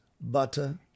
butter